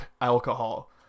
alcohol